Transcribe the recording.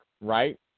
right